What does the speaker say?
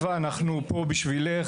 נאוה, אנחנו פה בשבילך.